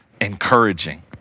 encouraging